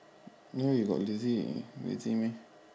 where you got lazy lazy meh